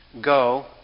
go